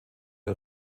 der